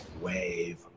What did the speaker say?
Wave